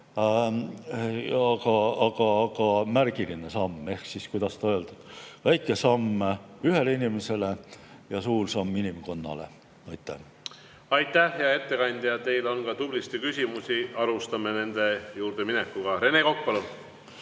aga märgiline samm. Ehk siis – kuidas öelda? – väike samm ühele inimesele ja suur samm inimkonnale. Aitäh! Aitäh, hea ettekandja! Teile on ka tublisti küsimusi, alustame nende juurde minekuga. Rene Kokk,